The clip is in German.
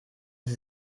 ist